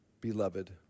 beloved